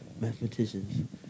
mathematicians